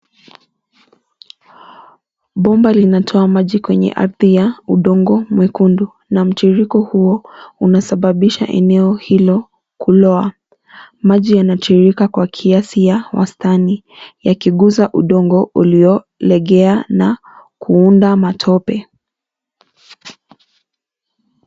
Bomba linatoa maji kwenye ardhi ya udongo mwekundu na mtiririko huo unasababisha eneo hilo kulowa. Maji yanatiririka kwa kiasi ya wastani yakiguza udongo uliolegea na kuunda matope.